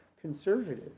conservative